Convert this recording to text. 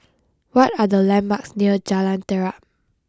what are the landmarks near Jalan Terap